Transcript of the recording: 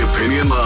Opinion